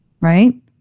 right